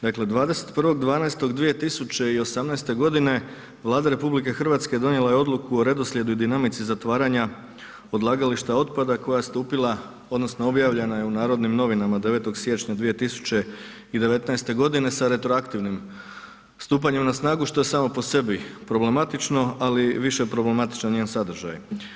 Dakle, 21.12.2018.g. Vlada RH donijela je odluku o redoslijedu i dinamici zatvaranja odlagališta otpada koja je stupila odnosno objavljena je u Narodnim novinama 9. siječnja 2019.g. sa retroaktivnim stupanjem na snagu, što je samo po sebi problematično, ali više je problematičan njen sadržaj.